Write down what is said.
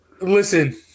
listen